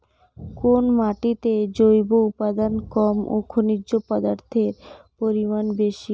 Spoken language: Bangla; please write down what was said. কোন মাটিতে জৈব উপাদান কম ও খনিজ পদার্থের পরিমাণ বেশি?